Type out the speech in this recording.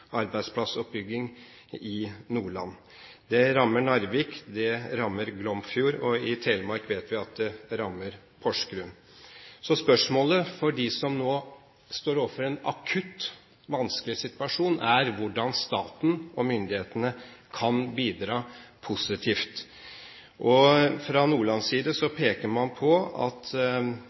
i Nordland. Det rammer Narvik, det rammer Glomfjord, og i Telemark vet vi at det rammer Porsgrunn. Spørsmålet for dem som nå står overfor en akutt vanskelig situasjon, er hvordan staten og myndighetene kan bidra positivt. Fra Nordlands side peker man på at